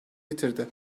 yitirdi